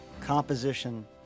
composition